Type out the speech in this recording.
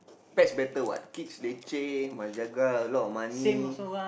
pets better what kids leceh must jaga a lot of money